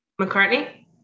McCartney